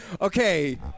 Okay